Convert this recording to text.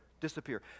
disappear